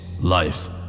life